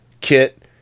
kit